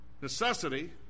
Necessity